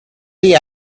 the